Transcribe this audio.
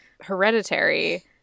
hereditary